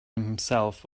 himself